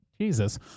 Jesus